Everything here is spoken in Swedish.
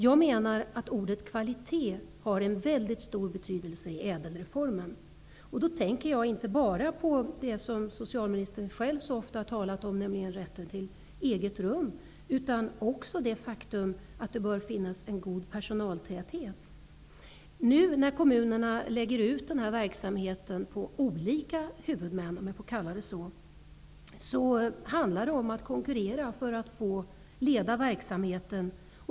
Jag menar att ordet kvalitet har en väldigt stor betydelse i ÄDEL Jag tänker inte bara på det socialministern själv så ofta talat om, nämligen rätten till eget rum, utan också på att det bör finnas en god personaltäthet. Nu när kommunerna lägger ut denna verksamhet på olika huvudmän -- om jag får kalla det så -- handlar det om att konkurrera för att få leda verksamheten.